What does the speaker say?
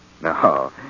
No